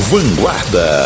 Vanguarda